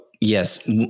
yes